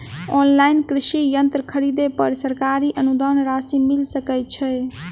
Online कृषि यंत्र खरीदे पर सरकारी अनुदान राशि मिल सकै छैय?